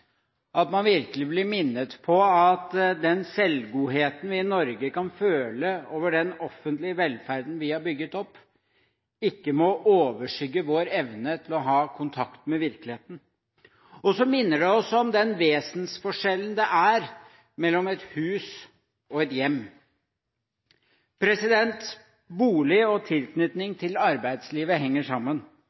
at man virkelig blir minnet på at den selvgodheten vi i Norge kan føle over den offentlige velferden vi har bygd opp, ikke må overskygge vår evne til å ha kontakt med virkeligheten. Og så minner det oss om den vesensforskjellen det er mellom et hus og et hjem. Bolig og tilknytning til arbeidslivet henger sammen.